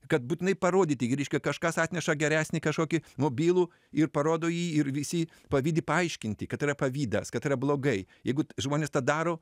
kad būtinai parodyti gi reiškia kažkas atneša geresnį kažkokį mobilų ir parodo jį ir visi pavydi paaiškinti kad tai yra pavydas kad tai yra blogai jeigu žmonės tą daro